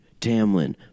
Tamlin